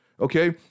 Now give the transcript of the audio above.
Okay